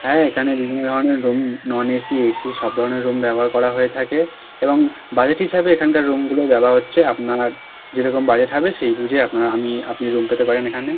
হ্যাঁ এখানে বিভিন্ন ধরনের রুম নন এসি এসি সব ধরণের রুম ব্যবহার করা হয়ে থাকে এবং বাজেট হিসাবে এখানকার রুমগুলো দেওয়া হচ্ছে আপনারা যেরকম বাজেট হবে সেই বুঝে আপনারা আমি আপনি রুম পেতে পারেন এখানে